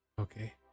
Okay